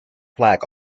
flag